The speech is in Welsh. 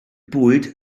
bwyd